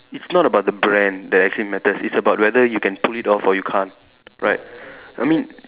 it's not about the brand that actually matters it's about whether you can pull it off or you can't right I mean